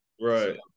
Right